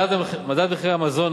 מדד מחירי המזון,